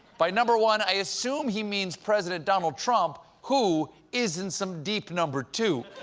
by number one, i assume he means president donald trump, who is in some deep number two.